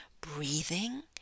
breathing